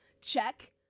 check